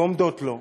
ועומדות לו,